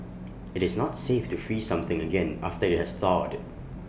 IT is not safe to freeze something again after IT has thawed